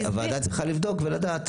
הוועדה צריכה לבדוק ולדעת.